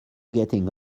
getting